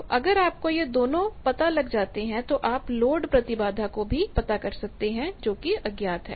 तो अगर आपको यह दोनों पता लग जाते हैं तो आप लोड प्रतिबाधा को भी पता कर सकते हैं जो कि अज्ञात है